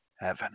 heaven